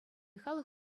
халӑх